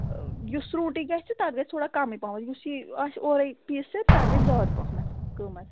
یُس سرٛونٛٹی گَژھِ تتھ گَژھِ تھوڑا کَمٕے پہمَتھ یُس یہِ آسہِ اورے پیٖسِتھ تَتھ گٔے گَژھِ زیادٕ پہمتھ قۭمت